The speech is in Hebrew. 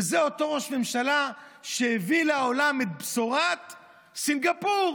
וזה אותו ראש ממשלה שהביא לעולם את בשורת סינגפור.